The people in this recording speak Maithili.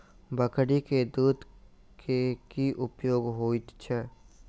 बकरी केँ दुध केँ की उपयोग होइ छै?